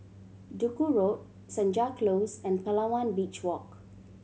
Duku Road Senja Close and Palawan Beach Walk